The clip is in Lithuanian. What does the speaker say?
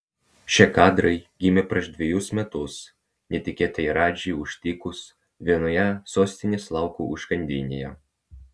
šie kadrai gimė prieš dvejus metus netikėtai radžį užtikus vienoje sostinės lauko užkandinėje